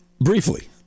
Briefly